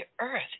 earth